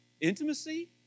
intimacy